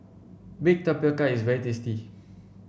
Baked Tapioca is very tasty